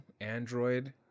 Android